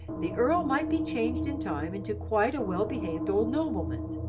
the earl might be changed in time into quite a well-behaved old nobleman,